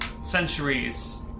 centuries